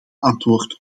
antwoord